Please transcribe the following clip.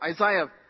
Isaiah